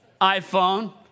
iphone